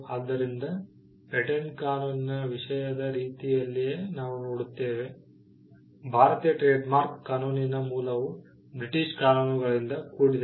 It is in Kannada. ಆದ್ದರಿಂದ ಪೇಟೆಂಟ್ ಕಾನೂನಿನ ವಿಷಯದಲ್ಲಿ ನಾವು ರೀತಿಯೇ ನಾವು ನೋಡುತ್ತೇವೆ ಭಾರತೀಯ ಟ್ರೇಡ್ಮಾರ್ಕ್ ಕಾನೂನಿನ ಮೂಲವು ಬ್ರಿಟಿಷ್ ಕಾನೂನುಗಳಿಂದ ಕೂಡಿದೆ